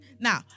now